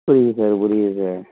புரியுது சார் புரியுது சார்